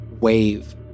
wave